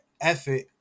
effort